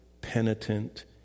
penitent